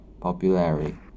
popularity